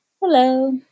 Hello